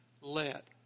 let